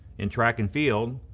in track and field,